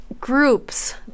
groups